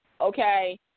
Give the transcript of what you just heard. Okay